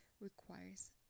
requires